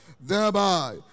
thereby